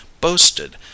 boasted